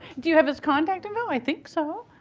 do you have his context info? i think so.